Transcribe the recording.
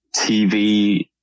TV